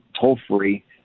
toll-free